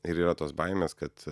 ir yra tos baimės kad